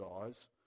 guys